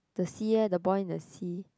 the sea leh the boy in the sea